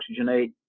oxygenate